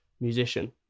musician